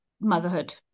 motherhood